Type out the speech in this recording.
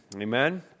Amen